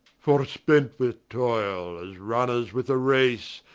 fore-spent with toile, as runners with a race,